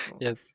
Yes